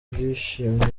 byishimiwe